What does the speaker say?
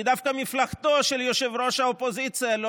כי דווקא מפלגתו של ראש האופוזיציה לא